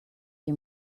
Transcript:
you